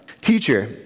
teacher